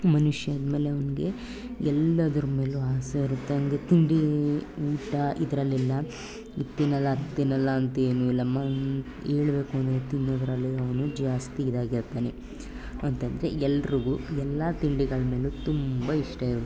ಮನುಷ್ಯ ಅಂದಮೇಲೆ ಅವ್ನಿಗೆ ಎಲ್ಲದ್ರ ಮೇಲೂ ಆಸೆ ಇರುತ್ತೆ ಅಂದರೆ ತಿಂಡಿ ಊಟ ಇದ್ರಲ್ಲೆಲ್ಲ ಇದು ತಿನ್ನಲ್ಲ ಅದು ತಿನ್ನಲ್ಲ ಅಂತ ಏನು ಇಲ್ಲ ಹೇಳಬೇಕು ಅಂದರೆ ತಿನ್ನೋದರಲ್ಲಿ ಅವನು ಜಾಸ್ತಿ ಇದಾಗಿರ್ತಾನೆ ಅಂತಂದರೆ ಎಲ್ರಿಗೂ ಎಲ್ಲ ತಿಂಡಿಗಳು ಮೇಲು ತುಂಬ ಇಷ್ಟ ಇರುತ್ತೆ